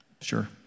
sure